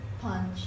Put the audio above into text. punch